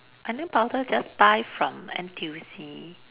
and then powder just buy from N_T_U_C